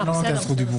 אני לא נותן זכות דיבור,